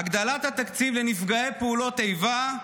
הגדלת התקציב לנפגעי פעולות איבה.